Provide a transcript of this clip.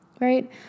Right